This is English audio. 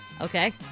Okay